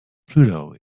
pluto